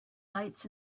lights